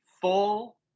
full